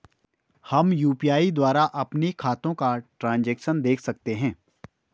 हम यु.पी.आई द्वारा अपने खातों का ट्रैन्ज़ैक्शन देख सकते हैं?